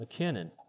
McKinnon